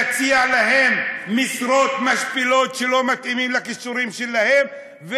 יציע להם משרות משפילות שלא מתאימות לכישורים שלהם,